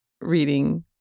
reading